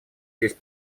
здесь